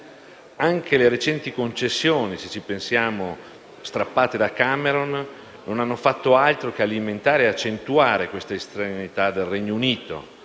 anche le recenti concessioni strappate da Cameron non hanno fatto altro che alimentare e accentuare l'estraneità del Regno Unito